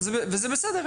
וזה בסדר,